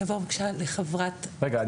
אני אעבור בבקשה לחברת -- רגע,